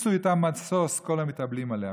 שישו איתה משוש כל המתאבלים עליה.